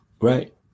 Right